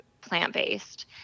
plant-based